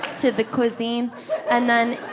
to the cuisine and then.